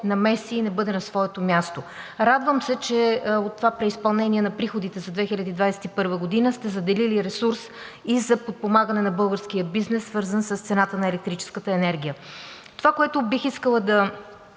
намеси и не бъде на своето място. Радвам се, че от това преизпълнение на приходите за 2021 г. сте заделили ресурс за подпомагането на българския бизнес, свързано с цената на електрическата енергия. Това, което бих искала да